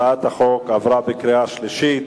הצעת החוק עברה בקריאה שלישית.